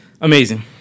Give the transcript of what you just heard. amazing